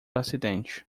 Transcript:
acidente